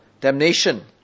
damnation